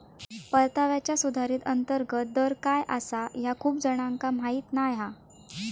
परताव्याचा सुधारित अंतर्गत दर काय आसा ह्या खूप जणांका माहीत नाय हा